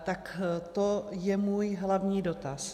Tak to je můj hlavní dotaz.